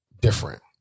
different